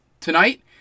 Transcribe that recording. tonight